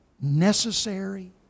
necessary